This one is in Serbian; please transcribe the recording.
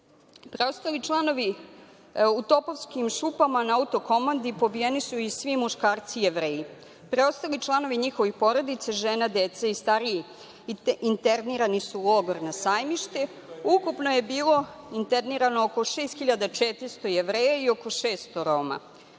„BSK“.Preostali članovi u Topovskim šupama na Autokomandi pobijeni su i svi muškarci Jevreji. Preostali članovi njihovih porodica, žene, deca i stariji internirani su u logor na Sajmište. Ukupno je bilo internirano oko 6.400 Jevreja i oko 600 Roma.